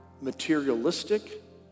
materialistic